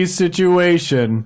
situation